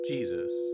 Jesus